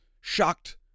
shocked